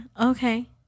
Okay